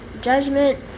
judgment